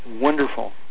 wonderful